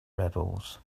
rebels